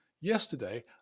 Yesterday